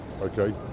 okay